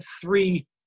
three